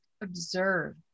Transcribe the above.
observe